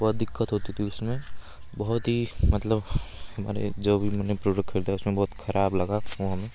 बहुत दिक़्क़त होती थी उसमें बहुत ही मतलब माने जो भी मैंने प्रोडक्ट ख़रीदा उसमें बहुत ख़राब लगा फोन